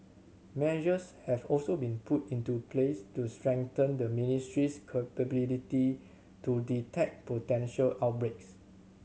measures have also been put into place to strengthen the ministry's capability to detect potential outbreaks